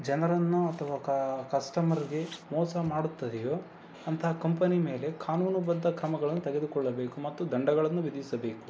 ಜನರನ್ನು ಅಥವಾ ಕಸ್ಟಮರ್ಗೆ ಮೋಸ ಮಾಡುತ್ತದೆಯೋ ಅಂತಹ ಕಂಪಿನಿ ಮೇಲೆ ಕಾನೂನು ಬದ್ಧ ಕ್ರಮಗಳನ್ನು ತೆಗೆದುಕೊಳ್ಳಬೇಕು ಮತ್ತು ದಂಡಗಳನ್ನು ವಿಧಿಸಬೇಕು